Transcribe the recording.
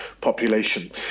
population